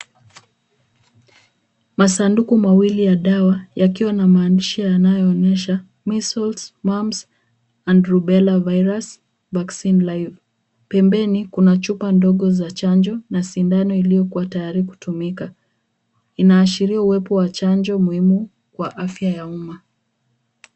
Masanduku mawili ya dawa yakiwa na mandishi yanayoonyesha measles, mumps and Rubella virus vaccine Live , pembeni kuna chupa ndogo za chanjo na sindano iliyokuwa tayari kutumika. Inaashiria uwepo wa chanjo muhimu kwa afya ya umma.